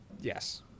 Yes